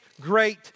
great